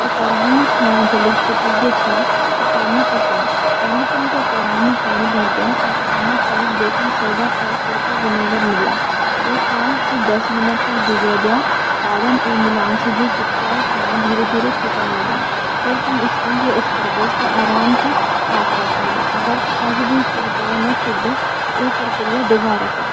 अगर कड़ाही मा खाना जलिक चिपक ग्ये छ, त तेमा ई कन। पहले तुमुक कड़ाही मा पानी भर द्या और ते मा थोड़ुक बेकिंग सोडा औ सरका (विनेगर) मिल्या। ऐ पांच - दस मिन्ट तक भीगे द्या। बाद मा ऐ मिलाण से ज्यू चिपक्याल खाना धीरे-धीरे छुटण लगण, फेर तुम स्पंज या स्क्रबर स आराम स साफ कर सकदा।